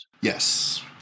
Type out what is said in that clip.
Yes